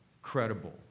credible